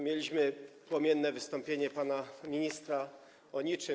Mieliśmy płomienne wystąpienie pana ministra o niczym.